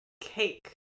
Cake